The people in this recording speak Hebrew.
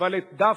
אבל את דפני,